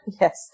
yes